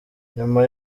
nyuma